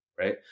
Right